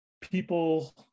people